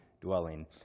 dwelling